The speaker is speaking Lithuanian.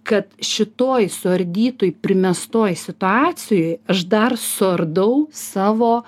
kad šitoj suardytoj primestoj situacijoj aš dar suardau savo